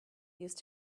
used